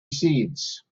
seeds